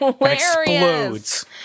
explodes